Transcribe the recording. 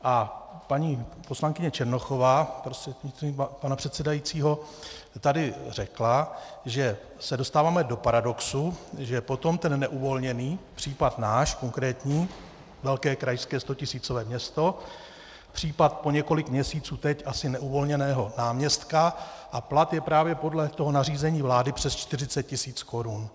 A paní poslankyně Černochová prostřednictvím pana předsedajícího tady řekla, že se dostáváme do paradoxu, že potom ten neuvolněný, náš konkrétní případ, velké krajské stotisícové město, případ po několik měsíců teď asi neuvolněného náměstka a plat je právě podle toho nařízení vlády přes 40 000 korun.